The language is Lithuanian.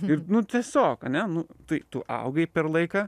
ir nu tiesiog ane nu tai tu augai per laiką